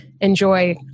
enjoy